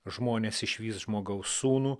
žmonės išvys žmogaus sūnų